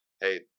Hey